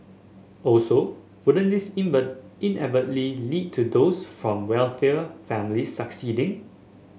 also wouldn't this inadvertently lead to those from wealthier families succeeding